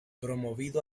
promovido